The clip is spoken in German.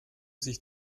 sich